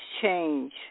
change